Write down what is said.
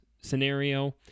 scenario